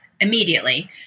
immediately